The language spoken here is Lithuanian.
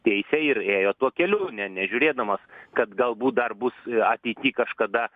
teisę ir ėjo tuo keliu ne nežiūrėdamas kad galbūt dar bus ateity kažkada